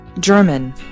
German